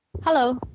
Hello